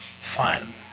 Fine